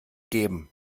geben